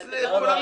לא,